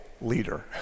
leader